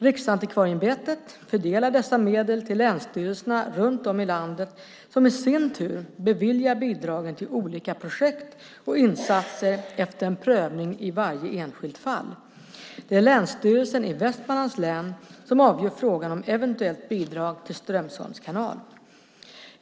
Riksantikvarieämbetet fördelar dessa medel till länsstyrelserna runt om i landet som i sin tur beviljar bidragen till olika projekt och insatser efter en prövning i varje enskilt fall. Det är Länsstyrelsen i Västmanlands län som avgör frågan om eventuellt bidrag till Strömsholms kanal.